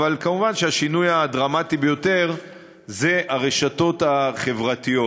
אבל כמובן שהשינוי הדרמטי ביותר זה הרשתות החברתיות.